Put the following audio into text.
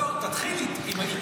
לא, לא, תתחיל איתי.